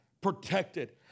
protected